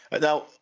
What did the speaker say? Now